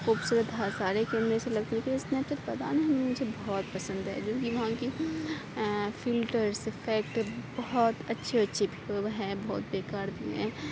خوبصورت ہر سارے کیمرے سے لگتی ہے کیونکہ اسنیپ چیٹ پتا نہیں مجھے بہت پسند ہے جو کہ وہاں کی فلٹرس افیکٹ بہت اچھے اچھے بھی ہیں بہت بے کار بھی ہیں